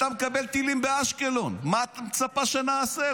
אתה מקבל טילים באשקלון, מה את מצפה שנעשה?